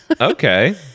Okay